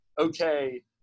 okay